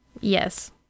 Yes